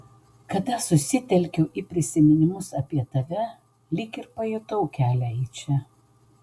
kada susitelkiau į prisiminimus apie tave lyg ir pajutau kelią į čia